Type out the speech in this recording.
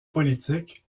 politique